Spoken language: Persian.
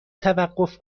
توقف